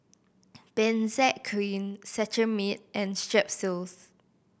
Benzac Cream Cetrimide and Strepsils